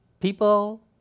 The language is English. people